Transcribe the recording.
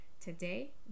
Today